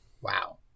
Wow